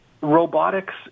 robotics